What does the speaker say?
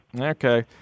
Okay